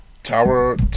Tower